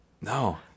No